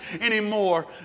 anymore